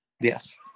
Yes